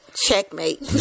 checkmate